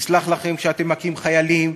נסלח לכם כשאתם מכים חיילים,